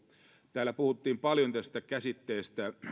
täällä puhuttiin paljon tästä käsitteestä